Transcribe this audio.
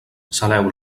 saleu